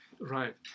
Right